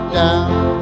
down